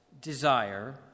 desire